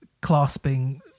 clasping